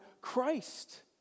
Christ